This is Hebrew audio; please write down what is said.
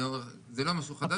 זה לא משהו חדש.